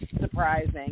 surprising